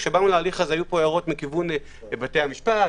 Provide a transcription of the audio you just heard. כשבאנו להליך הזה היו פה הערות מכיוון בתי המשפט,